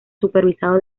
supervisado